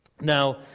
now